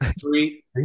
Three